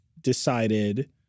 decided